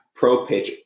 ProPitch